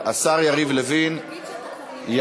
השר יריב לוין יעלה.